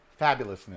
fabulousness